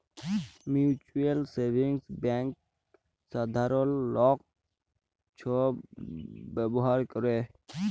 mutual savings bank সাধারল লক ছব ব্যাভার ক্যরে